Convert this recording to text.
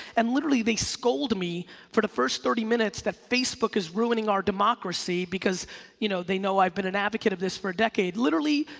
and literally they scold me for the first thirty minutes that facebook is running our democracy because you know they know i've been an advocate of this for a decade, literally,